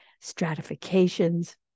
stratifications